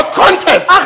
contest